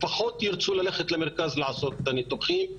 פחות ירצו להגיע למרכז לעבור את הניתוחים.